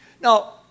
Now